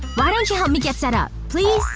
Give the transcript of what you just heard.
why don't you help me get set up? please?